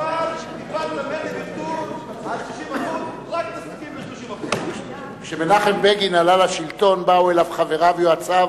כבר ויתרתי על 60%. כשמנחם בגין עלה לשלטון באו אליו חבריו ויועציו,